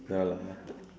ya lah